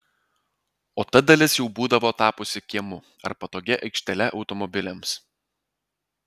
o ta dalis jau būdavo tapusi kiemu ar patogia aikštele automobiliams